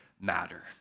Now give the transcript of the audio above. matter